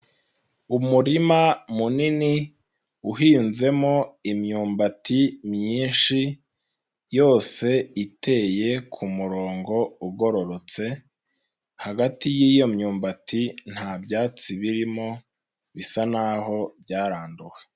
Umurima munini uhinzemo imyumbati myinshi yose iteye kumurongo ugororotse, hagati y'iyo myumbati nta byatsi birimo bisa n'aho byaranduwe.